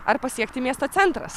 ar pasiekti miesto centras